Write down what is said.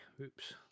Oops